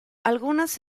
algunas